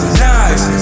knives